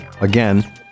Again